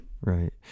Right